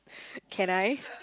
can I